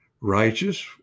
righteous